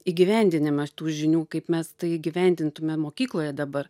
įgyvendinimą tų žinių kaip mes tai įgyvendintume mokykloje dabar